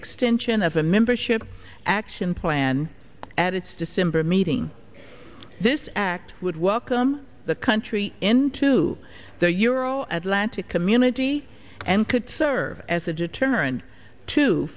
extension of bishop action plan at its december meeting this act would welcome the country into the euro atlanta community and could serve as a deterrent to